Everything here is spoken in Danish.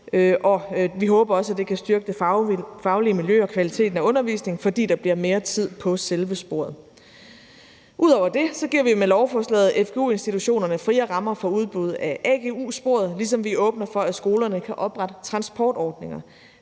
Vi håber også, at det kan styrke det faglige miljø og kvaliteten af undervisningen, fordi der bliver mere tid på selve sporet. Ud over det giver vi med lovforslaget fgu-institutionerne friere rammer for udbuddet af agu-sporet, ligesom vi åbner for, at skolerne kan oprette transportordninger.